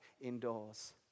indoors